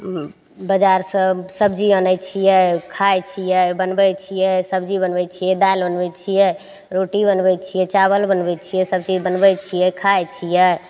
बजारसँ सब्जी आनय छियै खाइ छियै बनबय छियै सब्जी बनबय छियै दालि बनबय छियै रोटी बनबय छियै चावल बनबय छियै सबचीज बनबय छियै खाइ छियै